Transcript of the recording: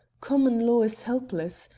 common law is helpless,